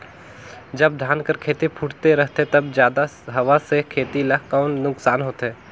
जब धान कर खेती फुटथे रहथे तब जादा हवा से खेती ला कौन नुकसान होथे?